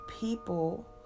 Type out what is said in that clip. people